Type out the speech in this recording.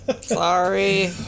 Sorry